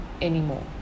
Anymore